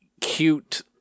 cute